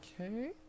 Okay